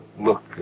Look